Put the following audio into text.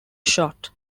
shot